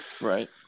Right